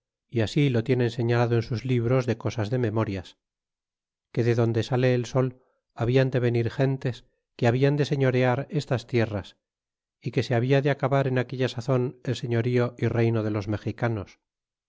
é así lo tienen señalado en sus libros de cosas de memorias que de donde sale el sol habian de venir gentes que habian de señorear estas tierras y que se habla de acabar en aquella sazon el señorío y reyno de los mexicanos